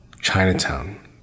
Chinatown